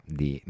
di